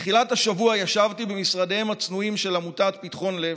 בתחילת השבוע ישבתי במשרדיה הצנועים של עמותת פתחון לב.